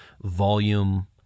volume